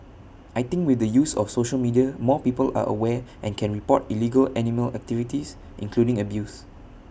I think with the use of social media more people are aware and can report illegal animal activities including abuse